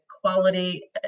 quality